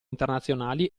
internazionali